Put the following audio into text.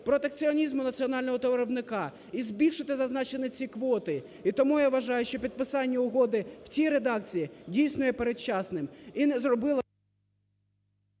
протекціонізму національного товаровиробника і збільшити зазначені ці квоти. І тому, я вважаю, що підписання угоди в цій редакції, дійсно, є передчасним.